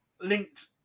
linked